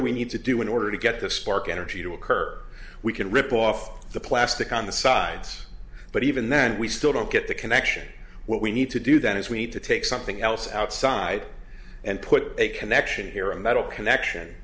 do we need to do in order to get the spark energy to occur we can rip off the plastic on the sides but even then we still don't get the connection what we need to do then is we need to take something else outside and put a connection here a metal connection